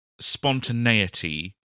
spontaneity